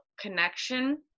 connection